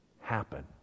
happen